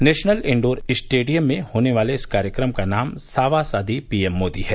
national indoor stadium में होने वाले इस कार्यक्रम का नाम सावासदी पीएम मोदी है